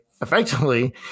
effectively